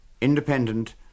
Independent